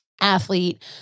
athlete